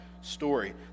story